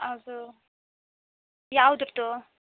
ಅದು ಯಾವುದ್ರದ್ದು